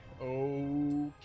okay